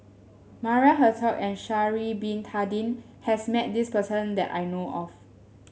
Maria Hertogh and Sha'ari Bin Tadin has met this person that I know of